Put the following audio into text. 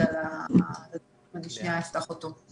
אפתח אותו.